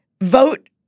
Vote